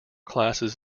classes